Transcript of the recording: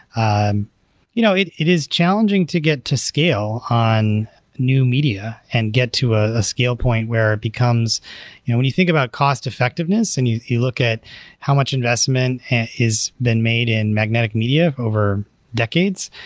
um you know it it is challenging to get to scale on new media and get to a ah scale point where it becomes and when you think about cost effectiveness and you you look at how much investment has been made in magnetic media over decades,